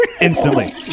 Instantly